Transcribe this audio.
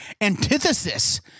Antithesis